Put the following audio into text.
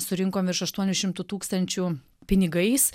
surinkom virš aštuonių šimtų tūkstančių pinigais